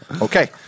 Okay